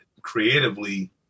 creatively